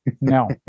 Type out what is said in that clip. no